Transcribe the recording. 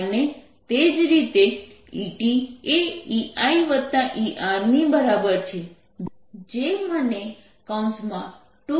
અને તે જ રીતેET એ EIER ની બરાબર છે જે મને 2v2v2v1EI આપશે